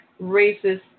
racist